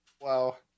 Wow